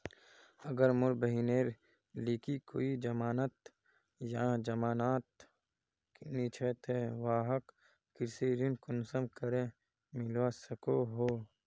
अगर मोर बहिनेर लिकी कोई जमानत या जमानत नि छे ते वाहक कृषि ऋण कुंसम करे मिलवा सको हो?